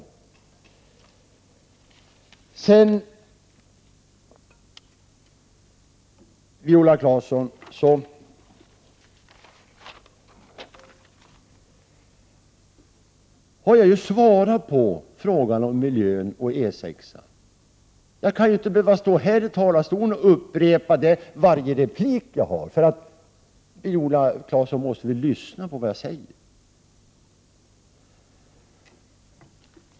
Jag har ju, Viola Claesson, svarat på frågan om miljön vid E 6. Jag skall inte behöva stå i talarstolen och upprepa svaren i varje replik jag får. Viola Claesson måste lyssna på vad jag säger.